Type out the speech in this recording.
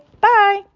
Bye